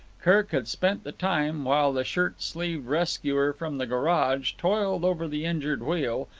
kirk had spent the time, while the shirt-sleeved rescuer from the garage toiled over the injured wheel,